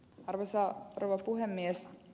arvoisa rouva puhemies